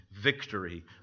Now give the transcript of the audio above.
victory